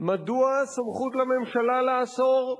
מדוע סמכות לממשלה לאסור?